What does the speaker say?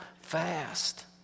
fast